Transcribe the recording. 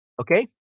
Okay